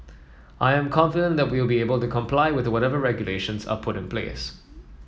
I am confident that we'll be able to comply with whatever regulations are put in place